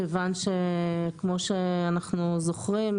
כמו שאנחנו זוכרים,